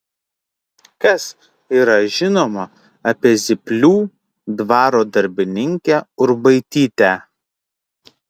kas yra žinoma apie zyplių dvaro darbininkę urbaitytę